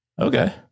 okay